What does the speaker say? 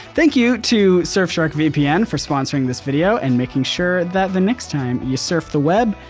thank you to surfshark vpn for sponsoring this video and making sure that the next time you surf the web,